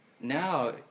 now